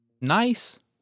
nice